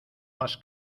más